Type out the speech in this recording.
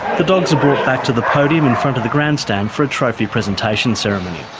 the dogs are brought back to the podium in front of the grandstand for a trophy presentation ceremony.